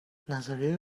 نظریه